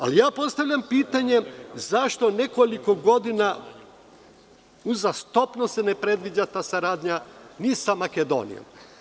Ali, ja postavljam pitanje – zašto se nekoliko godina uzastopno ne predviđa ta saradnja ni sa Makedonijom?